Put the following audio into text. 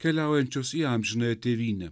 keliaujančios į amžinąją tėvynę